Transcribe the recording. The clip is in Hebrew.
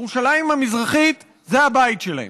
ירושלים המזרחית זה הבית שלהם.